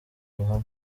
ruhame